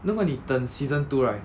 如果你等 season two right